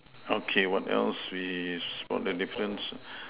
okay what else we spot the difference